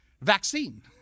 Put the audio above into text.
vaccine